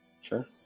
Sure